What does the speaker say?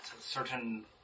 certain